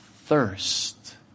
Thirst